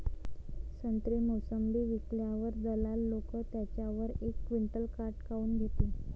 संत्रे, मोसंबी विकल्यावर दलाल लोकं त्याच्यावर एक क्विंटल काट काऊन घेते?